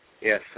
Yes